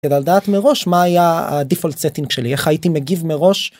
לדעת מראש מה היה הדיפול צטינק שלי איך הייתי מגיב מראש.